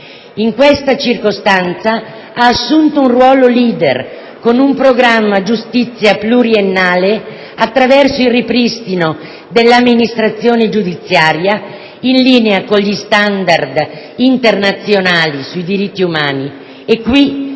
In questa circostanza, ha assunto un ruolo *leader* con un programma di giustizia pluriennale, attraverso il ripristino dell'amministrazione giudiziaria in linea con gli *standard* internazionali sui diritti umani, e qui